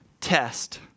test